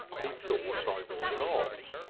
he thought i was not.